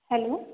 hello